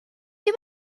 you